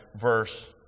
verse